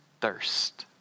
Thirst